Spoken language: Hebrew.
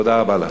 תודה רבה לכם.